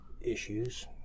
issues